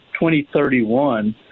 2031